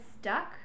stuck